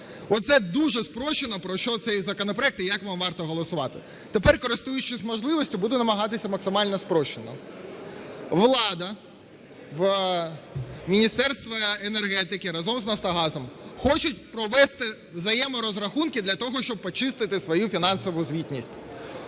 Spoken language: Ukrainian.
Оце дуже спрощено, про що цей законопроект і як вам варто голосувати. Тепер, користуючись можливістю, буду намагатися максимально спрощено. Влада, Міністерство енергетики разом з Нафтогазом хочуть провести взаєморозрахунки для того, щоб почистити свою фінансову звітність.